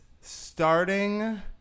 starting